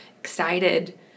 excited